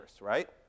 right